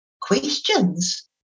questions